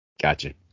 Gotcha